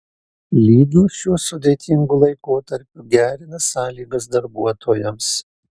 lidl šiuo sudėtingu laikotarpiu gerina sąlygas darbuotojams